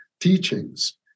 teachings